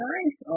Nice